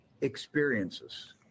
experiences